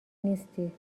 نیستی